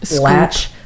latch